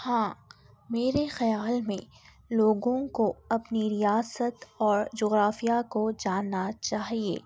ہاں میرے خیال میں لوگوں کو اپنی ریاست اور جغرافیہ کو جاننا چاہیے